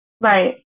right